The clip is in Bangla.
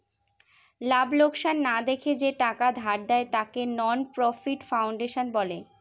লাভ লোকসান না দেখে যে টাকা ধার দেয়, তাকে নন প্রফিট ফাউন্ডেশন বলে